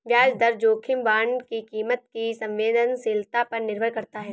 ब्याज दर जोखिम बांड की कीमत की संवेदनशीलता पर निर्भर करता है